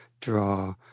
draw